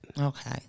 Okay